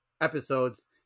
episodes